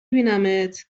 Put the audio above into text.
بینمت